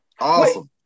Awesome